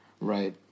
right